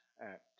act